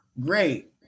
great